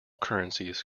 currencies